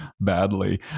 badly